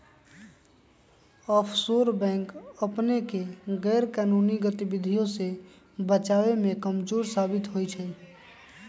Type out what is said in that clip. offshore bank अपनेके गैरकानूनी गतिविधियों से बचाबे में कमजोर साबित होइ छइ